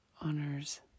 honors